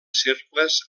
cercles